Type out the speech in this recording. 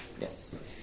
Yes